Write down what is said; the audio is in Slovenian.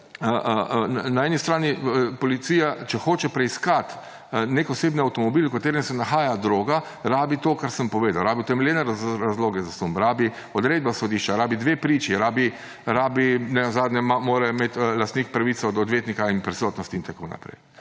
Na eni strani policija, če hoče preiskati nek osebni avtomobil, v katerem se nahaja droga, rabi to, kar sem povedal – rabi utemeljene razloge za sum, rabi odredbo sodišča, rabi dve priči, nenazadnje mora imeti lastnik pravico do odvetnika, prisotnost in tako naprej.